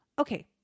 okay